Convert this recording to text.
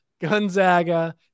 Gonzaga